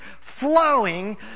flowing